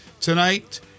tonight